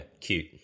cute